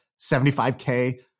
75K